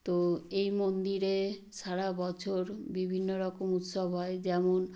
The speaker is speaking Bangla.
তো এই মন্দিরে সারা বছর বিভিন্ন রকম উৎসব হয় যেমন